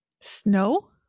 snow